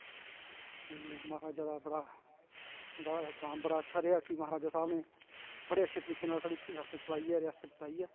महाराजा दा बड़ा एतराम बड़ा अच्छा रेहा कि महाराजा साहब ने बडे़ अच्छे तरीके कन्नै नाल साढ़ी रियासत चलाई ऐ रियासत चलाई ऐ